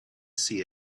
see